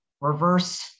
reverse